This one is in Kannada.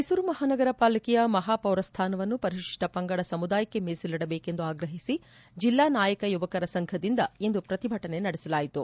ಮೈಸೂರು ಮಹಾನಗರ ಪಾಲಿಕೆಯ ಮಹಾಪೌರ ಸ್ಥಾನವನ್ನು ಪರಿಶಿಷ್ವ ಪಂಗಡ ಸಮುದಾಯಕ್ಕೆ ಮೀಸಲಿಡಬೇಕು ಎಂದು ಆಗ್ರಹಿಸಿ ಜಿಲ್ಲಾ ನಾಯಕ ಯುವಕರ ಸಂಘದಿಂದ ಇಂದು ಪ್ರತಿಭಟನೆ ನಡೆಸಲಾಯಿತು